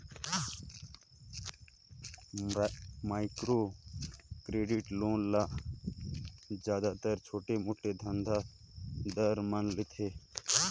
micro credit loan ल जादातर छोटे मोटे धंधा दार मन लेथें